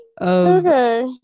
Okay